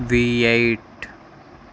V eight